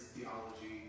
theology